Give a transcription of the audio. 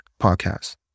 podcast